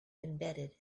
embedded